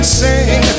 sing